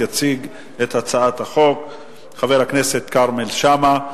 יציג את הצעת החוק חבר הכנסת כרמל שאמה,